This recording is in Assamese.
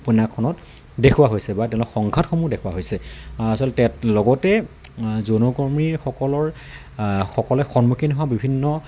উপন্যাসখনত দেখুওৱা হৈছে বা তেওঁলোকৰ সংঘাটসমূহ দেখুওৱা হৈছে আচলতে লগতে যৌনকৰ্মীসকলৰ সকলে সন্মুখীন হোৱা বিভিন্ন